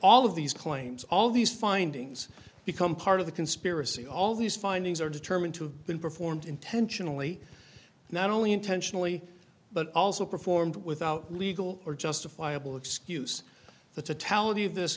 all of these claims all these findings become part of the conspiracy all these findings are determined to have been performed intentionally not only intentionally but also performed without legal or justifiable excuse the talent of this